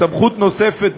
סמכות נוספת,